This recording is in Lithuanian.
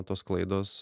tos klaidos